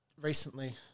recently